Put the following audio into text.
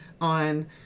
on